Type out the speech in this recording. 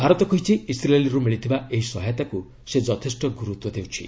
ଭାରତ କହିଛି ଇସ୍ରାଏଲ୍ରୁ ମିଳିଥିବା ଏହି ସହାୟତାକୁ ସେ ଯଥେଷ୍ଟ ଗୁରୁତ୍ୱ ଦେଉଛି